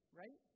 right